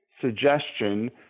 suggestion